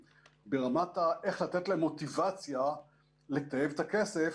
המוסדיים ברמת איך לתת להם מוטיבציה לטייב את הכסף,